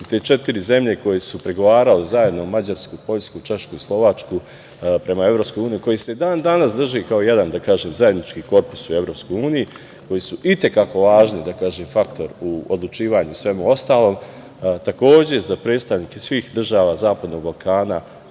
četiri zemlje koje su pregovarale zajedno - Mađarsku, Poljsku, Češku i Slovačku prema EU, koje se dan danas drže kao jedan zajednički korpus u EU, koje su i te kako važan faktor u odlučivanju i svemu ostalom. Takođe, za predstavnike svih država Zapadnog Balkana